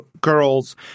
girls